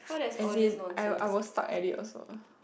as in I will I will suck at it also